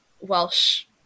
Welsh